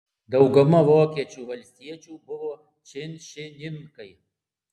dauguma vokiečių valstiečių buvo činšininkai